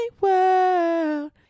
world